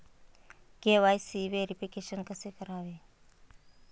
KYC verification कसे करावे?